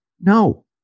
No